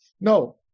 No